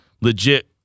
legit